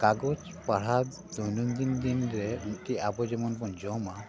ᱠᱟᱜᱚᱡᱽ ᱯᱟᱲᱦᱟᱣ ᱫᱚᱭᱱᱚᱱᱫᱤᱱ ᱨᱮ ᱱᱚᱝᱠᱟ ᱟᱵᱚ ᱡᱮᱢᱚᱱ ᱵᱚᱱ ᱡᱚᱢᱟ